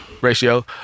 Ratio